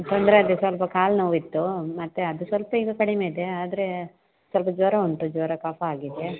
ತೊಂದರೆ ಅದೇ ಸ್ವಲ್ಪ ಕಾಲು ನೋವಿತ್ತು ಮತ್ತು ಅದು ಸ್ವಲ್ಪ ಈಗ ಕಡಿಮೆ ಇದೆ ಆದರೆ ಸ್ವಲ್ಪ ಜ್ವರ ಉಂಟು ಜ್ವರ ಕಫ ಆಗಿದೆ